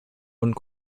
und